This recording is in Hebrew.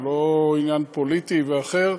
הוא לא עניין פוליטי ואחר,